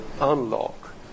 unlock